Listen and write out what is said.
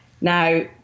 Now